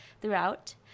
throughout